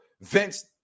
Vince